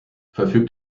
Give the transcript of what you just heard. verfügt